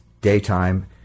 daytime